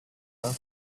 last